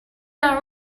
are